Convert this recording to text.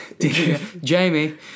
Jamie